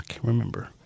Remember